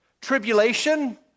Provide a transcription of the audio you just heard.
Tribulation